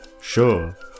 sure